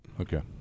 Okay